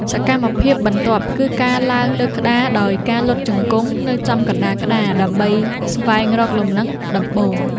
សកម្មភាពបន្ទាប់គឺការឡើងលើក្តារដោយការលុតជង្គង់នៅចំកណ្ដាលក្តារ ដើម្បីស្វែងរកលំនឹងដំបូង។